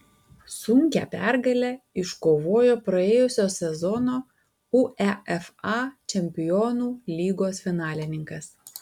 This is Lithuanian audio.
sunkią pergalę iškovojo praėjusio sezono uefa čempionų lygos finalininkas